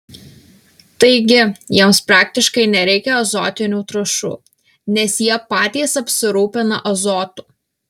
taigi jiems praktiškai nereikia azotinių trąšų nes jie patys apsirūpina azotu